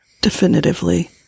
Definitively